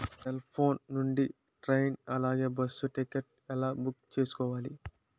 Cell phone నుండి train అలాగే bus ticket ఎలా బుక్ చేసుకోవాలి?